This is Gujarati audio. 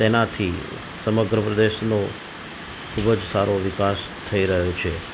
તેનાથી સમગ્ર પ્રદેશનું ખૂબ જ સારો વિકાસ થઈ રહ્યો છે